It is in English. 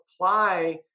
apply